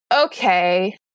okay